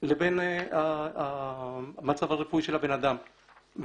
לבין המצב הרפואי של הבן אדם.